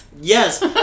Yes